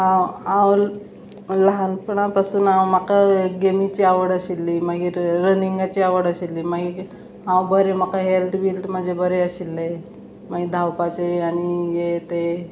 हांव हांव ल्हानपणा पासून हांव म्हाका गेमीची आवड आशिल्ली मागीर रनिंगाची आवड आशिल्ली मागीर हांव बरें म्हाका हेल्थ बिल्थ म्हाजे बरें आशिल्ले मागीर धांवपाचें आनी हें तें